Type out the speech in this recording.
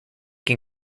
can